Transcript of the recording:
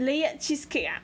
layered cheesecake ah